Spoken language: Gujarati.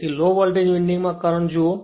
તેથી લો વોલ્ટેજ વિન્ડિંગ માં કરંટ જુઓ